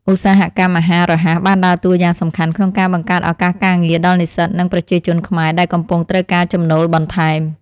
ឧស្សាហកម្មអាហាររហ័សបានដើរតួយ៉ាងសំខាន់ក្នុងការបង្កើតឱកាសការងារដល់និស្សិត និងប្រជាជនខ្មែរដែលកំពុងត្រូវការចំណូលបន្ថែម។